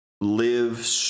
live